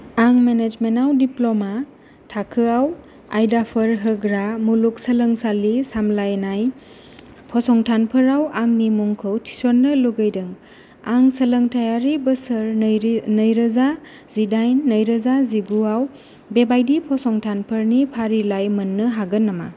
आं मेनेजमेन्टआव दिप्ल'मा थाखोआव आयदाफोर होग्रा मुलुगसोलोंसालि सामलायनाय फसंथानफोराव आंनि मुंखौ थिसन्नो लुबैदों आं सोलोंथायारि बोसोर नैरोजा जिदाइन नैरोजा जिगुआव बेबायदि फसंथानफोरनि फारिलाइ मोन्नो हागोन नामा